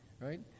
right